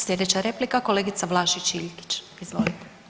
Sljedeća replika, kolegica Vlašić Iljkić, izvolite.